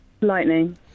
Lightning